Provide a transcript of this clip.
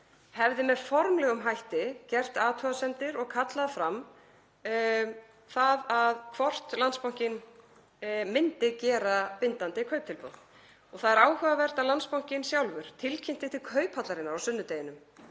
hefði með formlegum hætti gert athugasemdir við og kallað það fram hvort Landsbankinn myndi gera bindandi kauptilboð? Það er áhugavert að Landsbankinn sjálfur tilkynnti til Kauphallarinnar á sunnudeginum